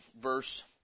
verse